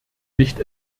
nicht